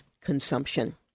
consumption